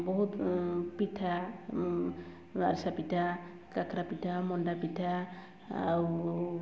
ବହୁତ ପିଠା ଆରିସା ପିଠା କାକରା ପିଠା ମଣ୍ଡା ପିଠା ଆଉ